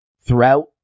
throughout